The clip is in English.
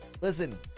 Listen